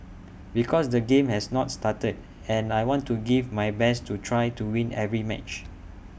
because the game has not started and I want to give my best to try to win every match